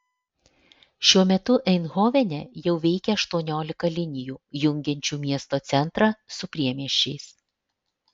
šiuo metu eindhovene jau veikia aštuoniolika linijų jungiančių miesto centrą su priemiesčiais